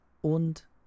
und